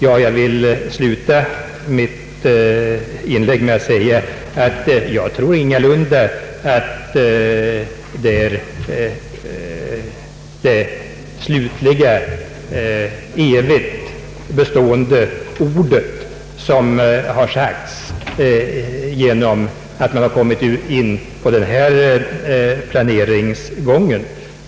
Jag vill avsluta mitt inlägg med att säga att jag ingalunda tror att det är de slutliga och evigt bestående orden som har yttrats genom att man kommit in på denna planeringsgång.